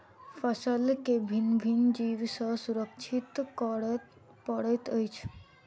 फसील के भिन्न भिन्न जीव सॅ सुरक्षित करअ पड़ैत अछि